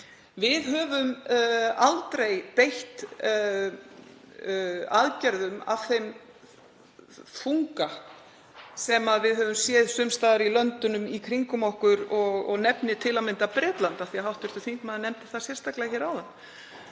Við höfum aldrei beitt aðgerðum af þeim þunga sem við höfum séð sums staðar í löndunum í kringum okkur, ég nefni til að mynda Bretland, af því að hv. þingmaður nefndi það sérstaklega áðan, þ.e.